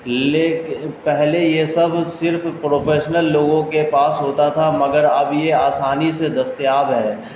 leak پہلے یہ سب صرف پروفیشنل لوگوں کے پاس ہوتا تھا مگر اب یہ آسانی سے دستیاب ہے